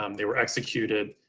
um they were executed.